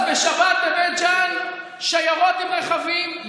אז בשבת בבית ג'ן שיירות עם רכבים,